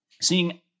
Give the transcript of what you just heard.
seeing